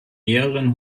mehreren